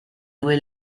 due